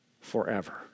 forever